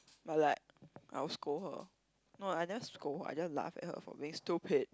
but like I will scold her no I never scold her I just laugh at her for being stupid